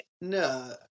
No